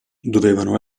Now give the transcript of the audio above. dovevano